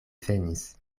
venis